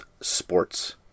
sports